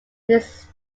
his